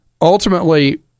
Ultimately